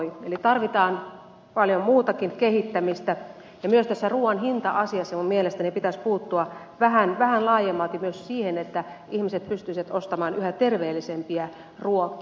eli tarvitaan paljon muutakin kehittämistä ja myös tässä ruuan hinta asiassa johon mielestä pitäisi puuttua vähän laajemmalti myös siihen että ihmiset pystyisivät ostamaan yhä terveellisempiä ruokia